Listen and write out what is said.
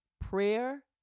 Prayer